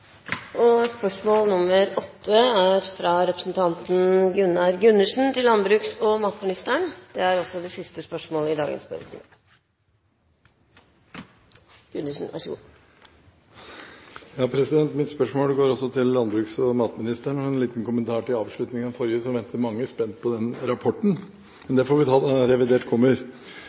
og Landbruks- og matdepartementet satt ned et utvalg, og vi jobber med de problemstillingene også i den forbindelse. Vi vil komme tilbake til dette i forbindelse med revidert nasjonalbudsjett. Mitt spørsmål går til landbruks- og matministeren. En liten kommentar til avslutningen av forrige: Mange venter spent på den rapporten, men det får vi ta når revidert kommer.